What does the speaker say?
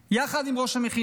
יחד עם ראש המכינה